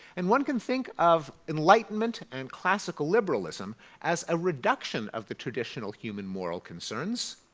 and one can think of enlightenment and classical liberalism as a reduction of the traditional human moral concerns.